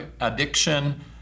addiction